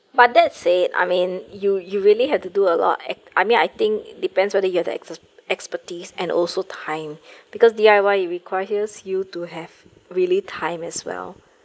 but that said I mean you you really have to do a lot at I mean I think depends whether you have the ex~ expertise and also time because D_I_Y it requires you to have really time as well